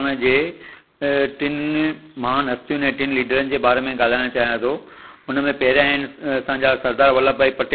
अॾु मां तव्हांखे ॿुधाइण थो चाहियां त मोबाइल मां घणेई फ़ाइदा आहे घणेई नुकसानु आहिनि मोबाइल जे करे पहिरों मां ॿुधाइण थो चाहियां फ़ाइदा